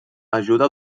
ajuda